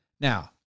Now